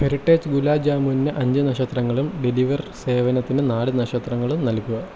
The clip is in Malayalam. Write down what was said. ഹെറിറ്റെജ് ഗുലാബ് ജാമൂന് അഞ്ച് നക്ഷത്രങ്ങളും ഡെലിവർ സേവനത്തിന് നാല് നക്ഷത്രങ്ങളും നൽകുക